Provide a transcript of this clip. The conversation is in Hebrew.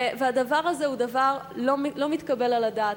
הדבר הזה הוא לא מתקבל על הדעת,